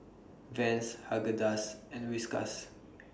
Vans Haagen Dazs and Whiskas